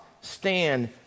stand